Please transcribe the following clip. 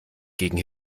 gegen